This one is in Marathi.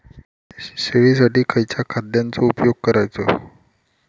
शेळीसाठी खयच्या खाद्यांचो उपयोग करायचो?